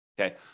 okay